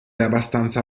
abbastanza